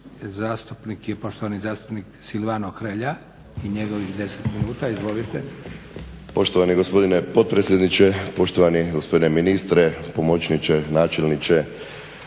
zastupnik je poštovani zastupnik Silvano Hrelja i njegovih 10 minuta. Izvolite. **Hrelja, Silvano (HSU)** Poštovani gospodine potpredsjedniče, poštovani gospodine ministre, pomoćniče načelniče,